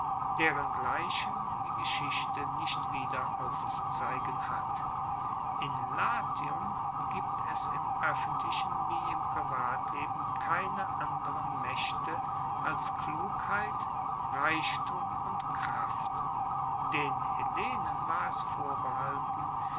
derengleichen die geschichte nicht wieder aufzuzeigen hat in latium gibt es im oeffentlichen wie im privatleben keine anderen maechte als klugheit reichtum und kraft den hellenen war es vorbehalten